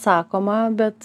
sakoma bet